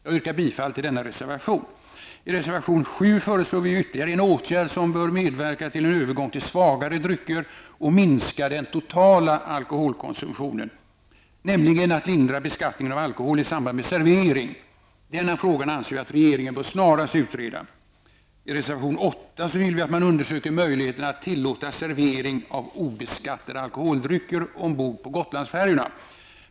Jag yrkar bifall till denna reservation. I reservation 7 föreslår vi ytterligare en åtgärd som bör medverka till en övergång till svagare drycker och minska den totala alkoholkonsumtionen. Det är att lindra skatten på alkohol i samband med servering. Den frågan anser jag att regeringen snarast bör utreda. I reservation 8 vill vi att man skall undersöka möjligheterna att tillåta servering av obeskattade alkoholdrycker ombord på Gotlandsfärjorna.